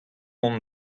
hon